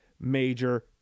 major